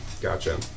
Gotcha